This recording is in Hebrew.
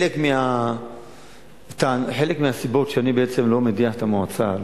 חלק מהסיבות שאני בעצם לא מדיח את המועצה,